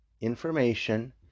information